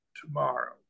tomorrow